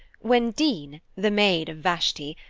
when dean, the maid of vashti,